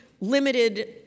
limited